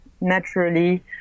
naturally